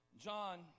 John